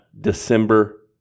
December